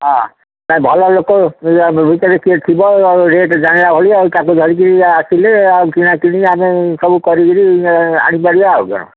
ହଁ ନା ଭଲ ଲୋକ ଭିତରେ କିଏ ଥିବେ ରେଟ୍ ଜାଣିବା ଭଳି ଆଉ ତାକୁ ଧରିକିରି ଆସିଲେ ଆଉ କିଣାକିଣି ଆମେ ସବୁ କରିକିରି ଆଣିପାରିବା ଆଉ କ'ଣ